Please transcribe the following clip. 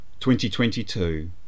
2022